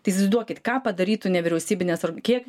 tai įsivaizduokit ką padarytų nevyriausybinės kiek